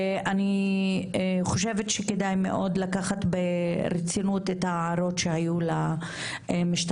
אני חושבת שכדאי מאוד לקחת ברצינות את ההערות שהיו למשתתפות,